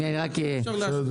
רק רגע.